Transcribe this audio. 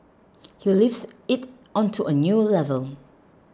he lifts it onto a new level